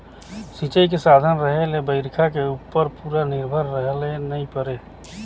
सिंचई के साधन रहें ले बइरखा के उप्पर पूरा निरभर रहे ले नई परे